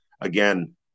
again